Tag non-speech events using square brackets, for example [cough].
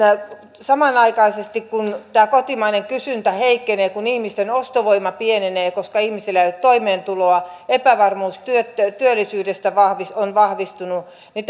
samanaikaisesti kun tämä kotimainen kysyntä heikkenee kun ihmisten ostovoima pienenee koska ihmisillä ei ole toimeentuloa epävarmuus työllisyydestä on vahvistunut niin [unintelligible]